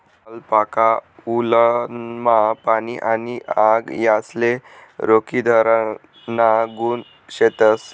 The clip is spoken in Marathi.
अलपाका वुलनमा पाणी आणि आग यासले रोखीधराना गुण शेतस